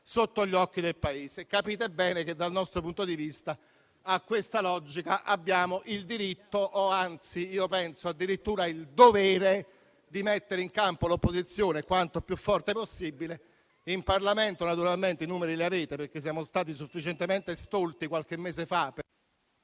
sotto gli occhi del Paese. Capite bene che, dal nostro punto di vista, a questa logica abbiamo il diritto o anzi, io penso, addirittura il dovere di mettere in campo l'opposizione più forte possibile. In Parlamento naturalmente i numeri li avete perché siamo stati sufficientemente stolti qualche mese fa,